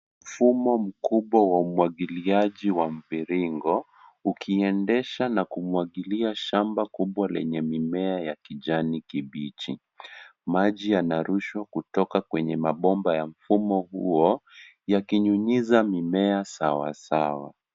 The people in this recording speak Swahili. Mfumo mkubwa wa umwagiliaji wa mviringo ukiendesha na kumwagilia shamba kubwa lenye mimea ya kijani kibichi. Maji yanarushwa kutoka kwenye mabomba ya mfumo huo yakinyunyiza mimea sawa sawa.